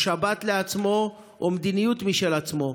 או שבת לעצמו או מדיניות משל עצמו.